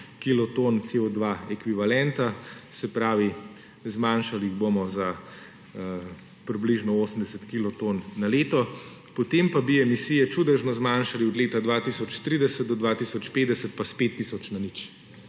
kiloton CO2 ekvivalenta, se pravi, zmanjšali jih bomo za približno 80 kiloton na leto, potem pa bi emisije čudežno zmanjšali od leta 2030 do 2050 pa s 5 tisoč na nič.